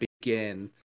begin